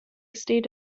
state